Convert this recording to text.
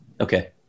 Okay